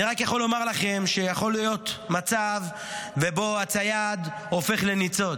אני רק יכול לומר לכם שיכול להיות מצב שבו הצייד הופך לניצוד,